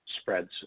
spreads